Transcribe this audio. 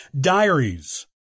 Diaries